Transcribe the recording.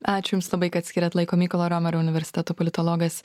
ačiū jums labai kad skyrėt laiko mykolo riomerio universiteto politologas